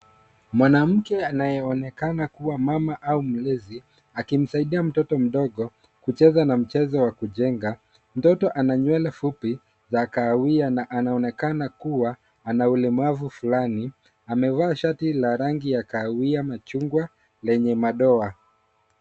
Mwanamke anayeonekana kuwa mama au mlezi akimsaidia mtoto mdogo kucheza na mchezo wa kujenga. Mtoto ana nywele fupi za kahawia na anaonekana kuwa ana ulemavu flani. Amevaa shati la rangi ya kahawia machungwa lenye madoa.